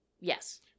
Yes